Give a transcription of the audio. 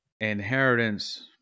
inheritance